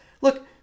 Look